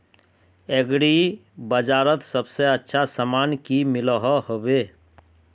Agri बजारोत सबसे अच्छा सामान की मिलोहो होबे?